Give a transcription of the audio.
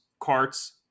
carts